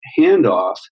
handoff